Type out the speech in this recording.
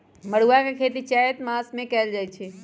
मरुआ के खेती चैत मासमे कएल जाए छै